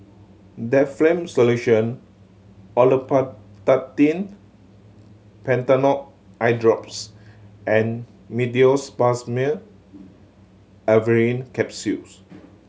Difflam Solution Olopatadine Patanol Eyedrops and Meteospasmyl Alverine Capsules